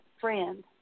friend